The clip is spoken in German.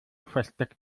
versteckt